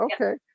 Okay